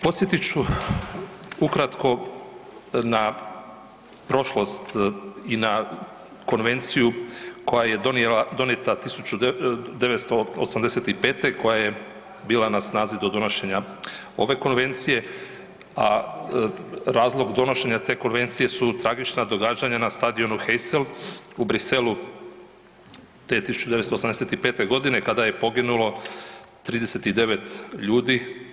Podsjetit ću ukratko na prošlost i na Konvenciju koja je donijeta 1985. koja je bila na snazi do donošenje ove Konvencije, a razlog donošenja te Konvencije su tragična događanja na stadionu Heysel u Bruxellesu te 1985. g. kada je poginulo 39 ljudi.